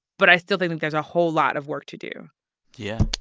but i still think there's a whole lot of work to do yeah